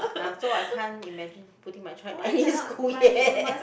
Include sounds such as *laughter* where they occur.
ah so I can't imagine putting my child in *laughs* any school yet